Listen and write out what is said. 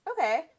Okay